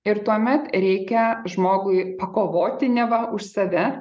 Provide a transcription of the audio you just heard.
ir tuomet reikia žmogui pakovoti neva už save